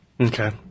Okay